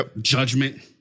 judgment